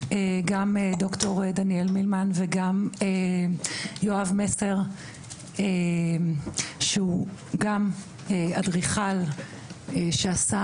גם ד"ר דניאל מילמן וגם יואב מסר - שהוא גם אדריכל שעשה